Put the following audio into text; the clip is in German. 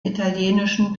italienischen